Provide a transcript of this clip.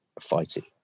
fighting